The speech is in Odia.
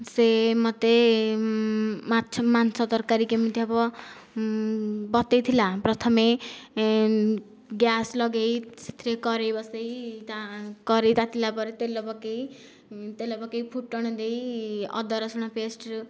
ସେ ମୋତେ ମାଛ ମାଂସ ତରକାରୀ କେମିତି ହେବ ବତାଇ ଥିଲା ପ୍ରଥମେ ଗ୍ୟାସ୍ ଲଗାଇ ସେଥିରେ କଢ଼ାଇ ବସାଇ ତା କଢ଼ାଇ ତାତିଲା ପରେ ତେଲ ପକାଇ ତେଲ ପକାଇ ଫୁଟଣ ଦେଇ ଅଦା ରସୁଣ ପେଷ୍ଟ